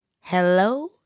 Hello